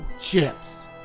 chips